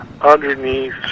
underneath